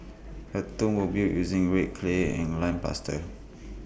the tombs were built using red clay and lime plaster